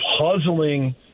puzzling